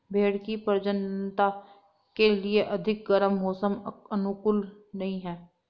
भेंड़ की प्रजननता के लिए अधिक गर्म मौसम अनुकूल नहीं है